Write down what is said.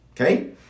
Okay